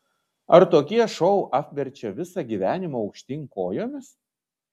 ar tokie šou apverčia visą gyvenimą aukštyn kojomis